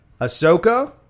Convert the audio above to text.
Ahsoka